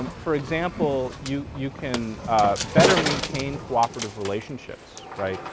um for example you you can better maintain cooperative relationships, right.